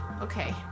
Okay